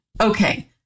Okay